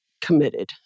committed